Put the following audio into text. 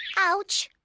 ouch!